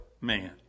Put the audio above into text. man